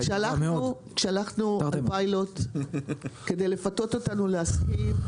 שלחנו פיילוט כדי לפתות אותנו להסכים,